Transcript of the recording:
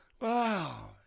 Wow